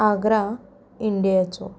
Agra इंडियेचो